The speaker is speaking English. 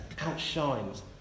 outshines